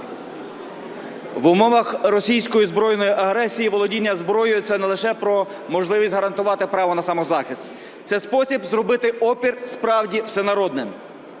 В умовах російської збройної агресії володіння зброєю - це не лише про можливість гарантувати право на самозахист, це спосіб зробити опір справді всенародним.